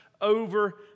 over